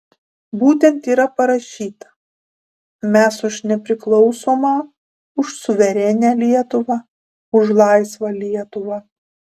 būtent yra parašyta mes už nepriklausomą už suverenią lietuvą už laisvą lietuvą